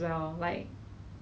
不懂怎样去形容他